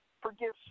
forgive